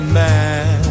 man